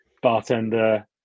bartender